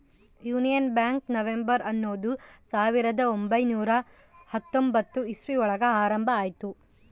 union Bank November ಹನ್ನೊಂದು ಸಾವಿರದ ಒಂಬೈನುರ ಹತ್ತೊಂಬತ್ತು ಇಸ್ವಿ ಒಳಗ ಆರಂಭ ಆಯ್ತು